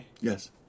Yes